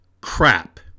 crap